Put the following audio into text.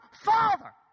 Father